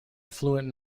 affluent